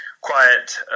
quiet